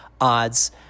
odds